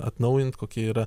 atnaujint kokie yra